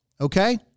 Okay